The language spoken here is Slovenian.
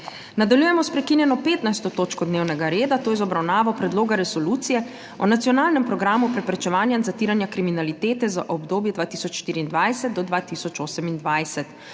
Nadaljujemo sprekinjeno 15. točko dnevnega reda, to je z obravnavo Predloga resolucije o nacionalnem programu preprečevanja in zatiranja kriminalitete za obdobje 2024–2028.